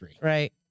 Right